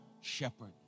shepherd